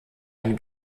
eine